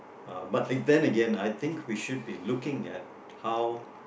uh but then Again I think we should be looking at how